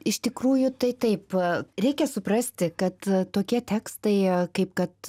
iš tikrųjų tai taip reikia suprasti kad tokie tekstai kaip kad